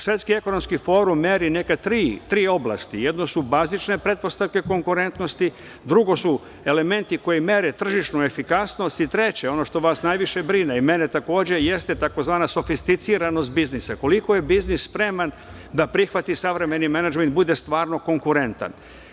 Svetski ekonomski forum meri neke tri oblasti – jedno su bazične pretpostavke konkurentnosti, drugo su elementi koji mere tržišnu efikasnost i treće, ono što vas najviše brine, i mene takođe, jeste tzv. sofisticiranost biznisa, koliko je biznis spreman da prihvati savremeni menadžment i bude stvarno konkurentan.